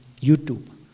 YouTube